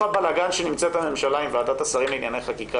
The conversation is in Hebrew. כי בתוך הבלגן שנמצאת הממשלה עם ועדת השרים לענייני חקיקה